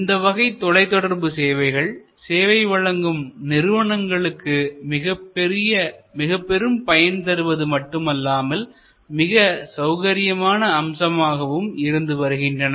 இந்தவகை தொலைத்தொடர்பு சேவைகள் சேவை வழங்கும் நிறுவனங்களுக்கு மிகப்பெரும் பயன்தருவது மட்டுமல்லாமல் மிக சௌகரியமான அம்சமாகவும் இருந்து வருகின்றன